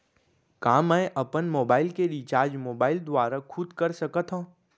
का मैं अपन मोबाइल के रिचार्ज मोबाइल दुवारा खुद कर सकत हव?